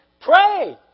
Pray